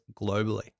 globally